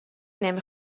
نمی